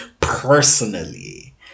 personally